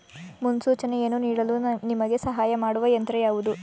ಮುನ್ಸೂಚನೆಯನ್ನು ನೀಡಲು ನಿಮಗೆ ಸಹಾಯ ಮಾಡುವ ಯಂತ್ರ ಯಾವುದು?